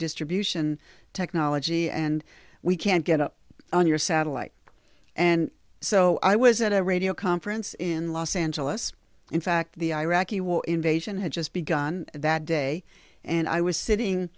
distribution technology and we can't get up on your satellite and so i was at a radio conference in los angeles in fact the iraqi war invasion had just begun that day and i was sitting